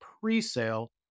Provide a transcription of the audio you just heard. pre-sale